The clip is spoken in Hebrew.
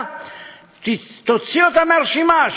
תוציא אותה מהרשימה,